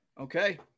Okay